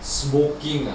smoking ah